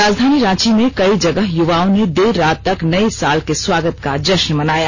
राजधानी रांची में कई जगह युवाओं ने देर रात तक नए साल के स्वागत का जश्न मनाया